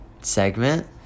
segment